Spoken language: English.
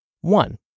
One